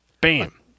Bam